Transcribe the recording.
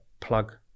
Plug